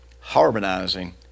harmonizing